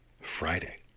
Friday